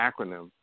acronym